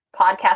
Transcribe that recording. podcast